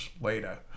later